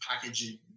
packaging